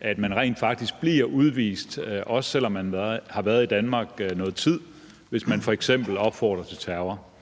at man rent faktisk bliver udvist, også selv om man har været i Danmark i noget tid, f.eks. hvis man opfordrer til terror.